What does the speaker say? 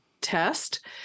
Test